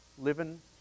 living